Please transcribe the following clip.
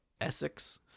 Essex